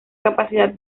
capacidad